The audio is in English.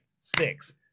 six